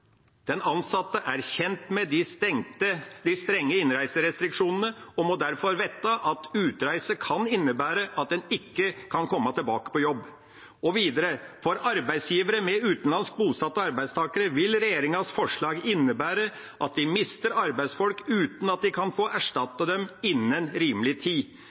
Den ansatte er kjent med de strenge innreiserestriksjonene og må derfor vite at utreise kan innebære at en ikke kan komme tilbake på jobb. Og videre: For arbeidsgivere med utenlands bosatte arbeidstakere vil regjeringas forslag innebære at de mister arbeidsfolk uten at de kan få erstattet dem innen rimelig tid.